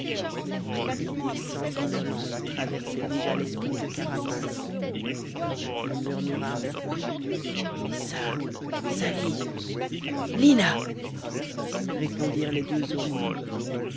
une idée sanguinolente traversait déjà l'esprit de carapace il murmura messa sali lina répondirent les deux autres